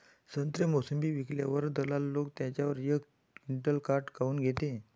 संत्रे, मोसंबी विकल्यावर दलाल लोकं त्याच्यावर एक क्विंटल काट काऊन घेते?